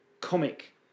comic